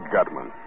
Gutman